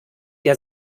der